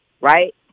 right